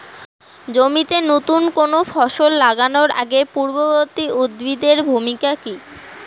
জমিতে নুতন কোনো ফসল লাগানোর আগে পূর্ববর্তী উদ্ভিদ এর ভূমিকা কি?